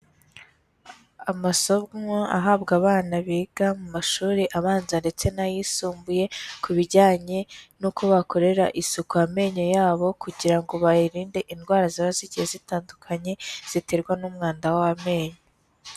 Amasomo ahabwa abana biga mu mashuri abanza ndetse n'ayisumbuye, ku bijyanye n'uko bakorera isuku amenyo yabo kugira ngo bayarinde indwara ziba zigiye zitandukanye ziterwa n'umwanda w'amenyo.